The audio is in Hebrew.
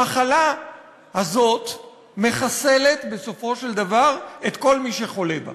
המחלה הזאת מחסלת בסופו של דבר את כל מי שחולה בה.